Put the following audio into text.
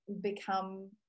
become